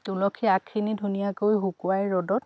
তুলসীৰ আগখিনি ধুনীয়াকৈ শুকুৱাই ৰ'দত